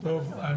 טוב,